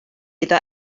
iddo